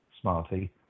smarty